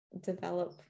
develop